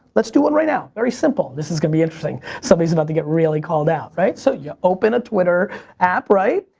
let's do one right now. very simple. this is gonna be interesting. somebody's about to get really called out, right? so ya open a twitter app, right?